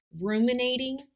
ruminating